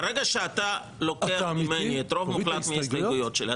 ברגע שאתה לוקח ממני את הרוב המוחלט מההסתייגויות שלי,